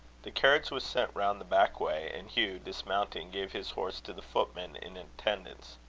the carriage was sent round the back way and hugh, dismounting, gave his horse to the footman in attendance.